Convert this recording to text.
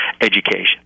education